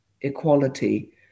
equality